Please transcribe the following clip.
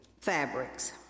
fabrics